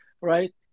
right